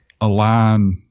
Align